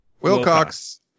Wilcox